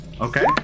okay